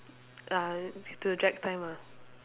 uh to to drag time ah